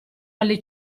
alle